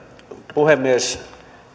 puhemies nyt